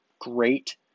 great